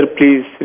Please